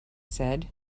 said